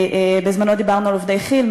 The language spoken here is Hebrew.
בזמנו דיברנו על עובדי כי"ל,